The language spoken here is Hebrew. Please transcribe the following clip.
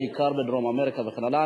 בעיקר בדרום-אמריקה וכן הלאה.